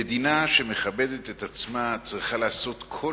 מדינה שמכבדת את עצמה צריכה לעשות כל